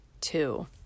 two